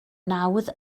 nawdd